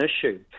issue